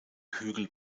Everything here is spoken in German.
hügel